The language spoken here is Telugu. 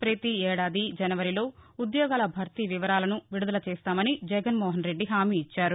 పతి ఏడాది జనవరిలో ఉద్యోగాల భర్తీ వివరాలను విడుదల చేస్తామని జగన్నోహన్ రెడ్డి హామీనిచ్చారు